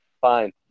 fine